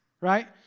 right